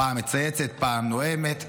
פעם מצייצת ופעם נואמת,